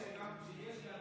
הבעיה היא שגם שכשיש כבר